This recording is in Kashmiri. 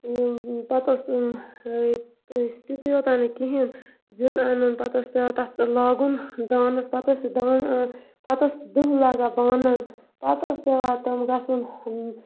پَتہٕ اوس یہِ ٲسۍ تِتُے یوٚتام نہٕ کِہیٖنۍ زیُن اَنُن پَتہٕ اوس پٮ۪وان تتھ پٮ۪ٹھ لاگُن دانَس پَتہٕ ٲسۍ سُہ دان پَتہٕ اوس دٕہ لَگان بانَن پَتہٕ اوس پٮ۪وان تِم گژھُن